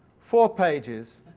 four pages